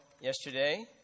yesterday